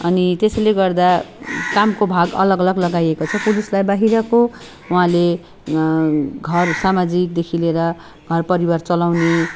अनि त्यसैले गर्दा कामको भाग अलग अलग लगाइएको छ पुरूषलाई बाहिरको उहाँले घर सामाजिकदेखि लिएर घरपरिवार चलाउने